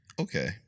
Okay